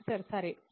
professor సరే